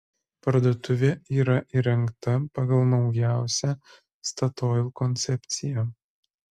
parduotuvė yra įrengta pagal naujausią statoil koncepciją